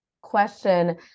question